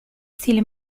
stile